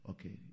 Okay